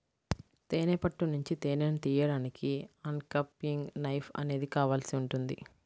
తేనె పట్టు నుంచి తేనెను తీయడానికి అన్క్యాపింగ్ నైఫ్ అనేది కావాల్సి ఉంటుంది